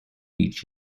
each